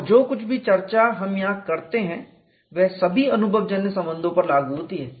और जो कुछ भी चर्चा हम यहां करते हैं वह सभी अनुभवजन्य संबंधों पर लागू होती है